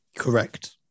Correct